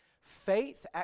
Faith